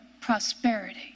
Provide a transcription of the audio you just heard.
prosperity